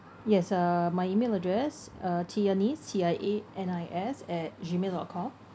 yes uh my email address uh tianis T I A N I S at Gmail dot com